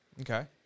Okay